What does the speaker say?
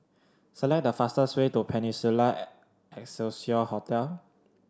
select the fastest way to Peninsula Excelsior Hotel